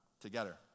together